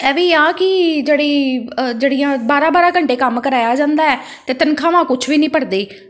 ਇਹ ਵੀ ਆ ਕਿ ਜਿਹੜੀ ਜਿਹੜੀਆਂ ਬਾਰਾਂ ਬਾਰਾਂ ਘੰਟੇ ਕੰਮ ਕਰਵਾਇਆ ਜਾਂਦਾ ਅਤੇ ਤਨਖਾਹਾਂ ਕੁਛ ਵੀ ਨਹੀਂ ਭਰਦੇ